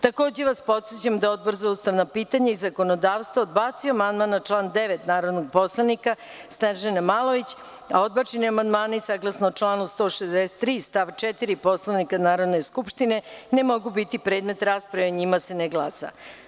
Takođe vas podsećam da je Odbor za ustavna pitanja i zakonodavstvo odbacio amandman na član 9. narodnog poslanika Snežane Malović, a odbačeni amandmani saglasno članu 163. stav 4. Poslovnika Narodne skupštine ne mogu biti predmet rasprave i o njima se ne glasa.